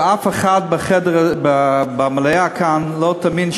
ואף אחד במליאה כאן לא מאמין,